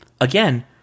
Again